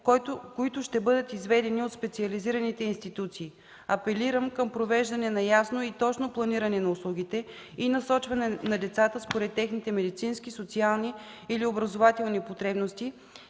които ще бъдат изведени от специализираните институции. Апелирам към провеждане на ясно и точно планиране на услугите и насочване на децата според техните медицински, социални или образователни потребности.